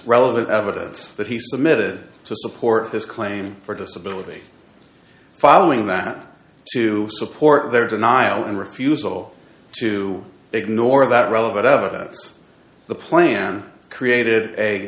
relevant evidence that he submitted to support his claim for disability following that to support their denial and refusal to ignore that relevant up it the plan created a